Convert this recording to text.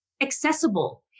accessible